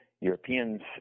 Europeans